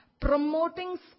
promoting